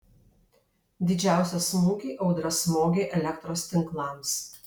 didžiausią smūgį audra smogė elektros tinklams